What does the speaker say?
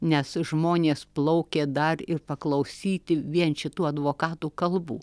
nes žmonės plaukė dar ir paklausyti vien šitų advokatų kalbų